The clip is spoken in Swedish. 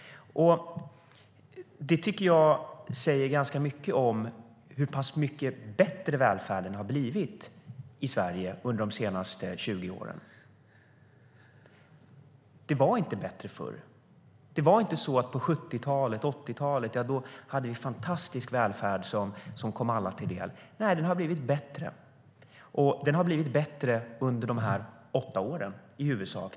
Jag tycker att det säger ganska mycket om hur pass mycket bättre välfärden har blivit i Sverige under de senaste 20 åren. Det var inte bättre förr. Det var inte så att på 70 och 80-talen hade vi en fantastisk välfärd som kom alla till del. Nej, den har blivit bättre, och den har i huvudsak blivit bättre de senaste åtta åren.